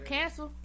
Cancel